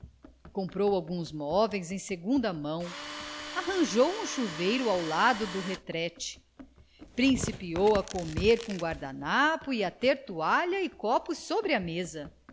comprou alguns móveis em segunda mão arranjou um chuveiro ao lado da retrete principiou a comer com guardanapo e a ter toalha e copos sobre a mesa